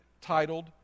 titled